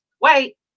Wait